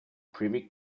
privy